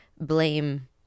blame